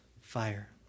Fire